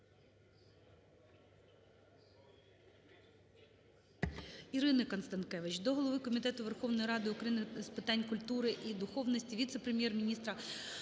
ІриниКонстанкевич до голови Комітету Верховної Ради України з питань культури і духовності, віце-прем'єр-міністра